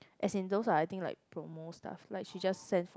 as in those are I think like promo staff like she just send for